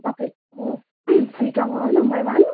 तपाईँहरूको सिटोङ हो नम्बर वान